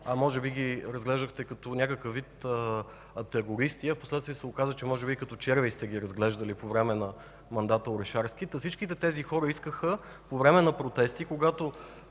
а може би ги разглеждахте като някакъв вид терористи, а впоследствие се оказа, че може би и като червеи сте ги разглеждали по време на мандата Орешарски, та всички тези хора искаха по време на протести, когато